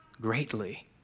greatly